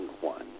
one